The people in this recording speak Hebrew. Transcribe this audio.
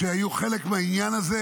שהיו חלק מהעניין הזה,